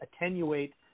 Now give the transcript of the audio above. attenuate